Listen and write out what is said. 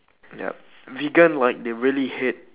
yup vegan like they really hate